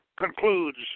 concludes